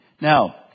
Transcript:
Now